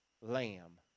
lamb